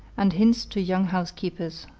and hints to young housekeepers.